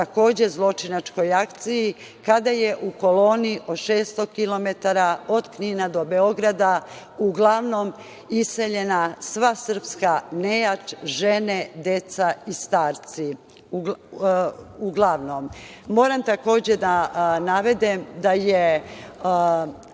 takođe zločinačkoj akciji kada je u koloni od 600 kilometara od Knina do Beograda uglavnom iseljena sva srpska nejač, žene, deca i starci. Moram takođe da navedem da je